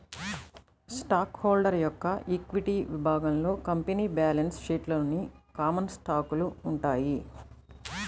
stock holder యొక్క equity విభాగంలో company balance షీట్లోని కామన్ స్టాకులు ఉంటాయి